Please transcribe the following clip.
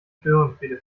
störenfriede